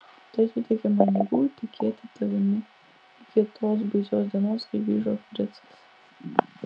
tai suteikė man jėgų tikėti tavimi iki tos baisios dienos kai grįžo fricas